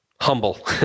humble